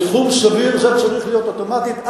בתחום סביר זה צריך להיות אוטומטית.